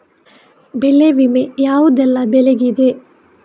ಬೆಳೆ ವಿಮೆ ಯಾವುದೆಲ್ಲ ಬೆಳೆಗಿದೆ?